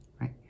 Right